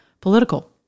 political